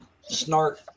Snark